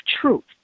truth